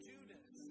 Judas